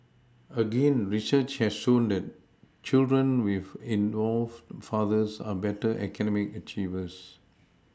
again research has shown that children with involved fathers are better academic achievers